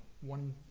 one